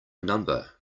number